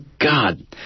God